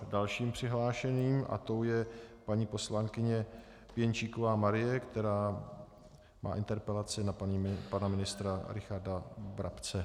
Dalším přihlášeným je paní poslankyně Pěnčíková Marie, která má interpelaci na pana ministra Richarda Brabce.